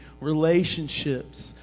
relationships